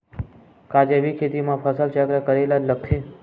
का जैविक खेती म फसल चक्र करे ल लगथे?